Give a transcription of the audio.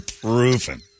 proven